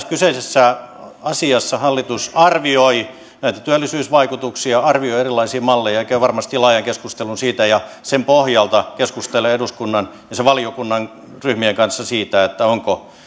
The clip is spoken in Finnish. kyseisessä asiassa hallitus arvioi näitä työllisyysvaikutuksia arvioi erilaisia malleja ja käy varmasti laajan keskustelun siitä ja sen pohjalta keskustelee eduskunnan ja valiokunnan ryhmien kanssa siitä onko